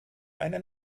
eine